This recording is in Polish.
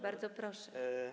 Bardzo proszę.